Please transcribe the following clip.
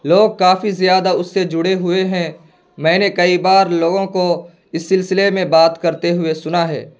لوگ کافی زیادہ اس سے جڑے ہوئے ہیں میں نے کئی بار لوگوں کو اس سلسلے میں بات کرتے ہوئے سنا ہے